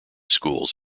schools